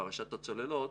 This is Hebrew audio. פרשת הצוללות",